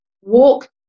walk